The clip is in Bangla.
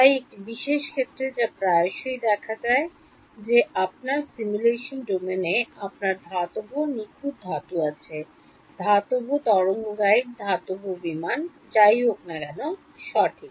তাই একটি বিশেষ ক্ষেত্রে যা প্রায়শই দেখা দেয় যে আপনার সিমুলেশন ডোমেনে আপনার ধাতব নিখুঁত ধাতু থাকে ধাতব তরঙ্গগাইড ধাতব বিমান যাই হোক না কেন সঠিক